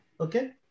Okay